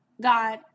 God